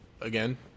Again